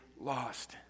lost